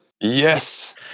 Yes